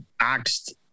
asked